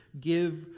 Give